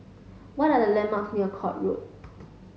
what are the landmarks near Court Road